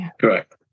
Correct